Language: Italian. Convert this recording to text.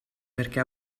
perché